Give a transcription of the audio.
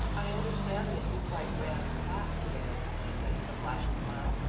i understand that you quite ran the class to-day, she said with a flashing smile.